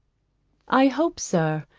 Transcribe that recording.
i hope, sir,